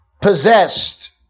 possessed